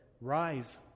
rise